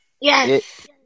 Yes